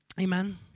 Amen